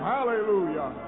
Hallelujah